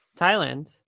thailand